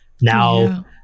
now